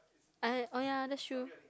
uh oh ya that's true